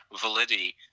validity